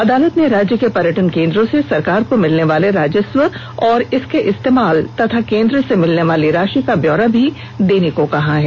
अदालत ने राज्य के पर्यटन केंद्रों से सरकार को भिलने वाले राजस्व और इसके इस्तेमाल तथा केंद्र से भिलने वाली राशि का ब्योरा भी देने को कहा है